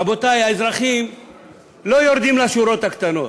רבותי, האזרחים לא יורדים לשורות הקטנות,